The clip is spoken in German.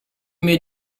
mir